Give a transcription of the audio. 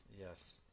Yes